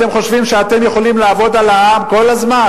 אתם חושבים שאתם יכולים לעבוד על העם כל הזמן?